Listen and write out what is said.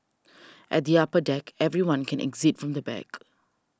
at the upper deck everyone can exit from the back